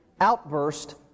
outburst